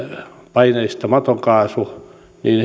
paineistamaton kaasu niin